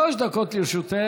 שלוש דקות לרשותך.